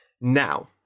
Now